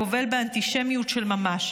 הגובל באנטישמיות של ממש,